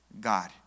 god